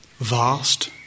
vast